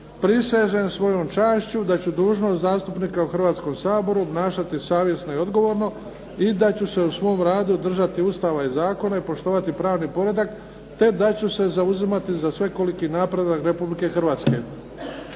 "Prisežem svojom čašću da ću dužnost zastupnika u Hrvatskom saboru obnašati savjesno i odgovorno, i da ću se u svom radu državi Ustava i zakona i poštovati pravni poredak, te da ću se zauzimati za svekoliki napredak Republike Hrvatske!"